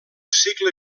cicle